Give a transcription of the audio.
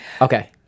Okay